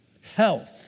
health